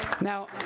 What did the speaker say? Now